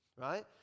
right